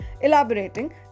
Elaborating